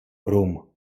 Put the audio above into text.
rum